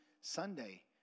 Sunday